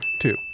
Two